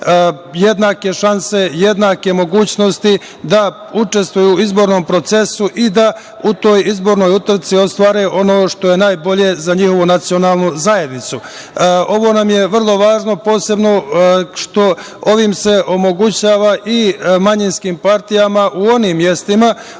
jednake šanse, jednake mogućnosti da učestvuju u izbornom procesu i da u toj izbornoj trci ostvare ono što je najbolje za njihovu nacionalnu zajednicu. Ovo nam je vrlo važno posebno što se ovim omogućava manjinskim partijama u onim mestima